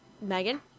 Megan